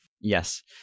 Yes